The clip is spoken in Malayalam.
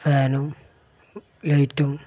ഫാനും ലൈറ്റും